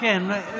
נגמר הזמן.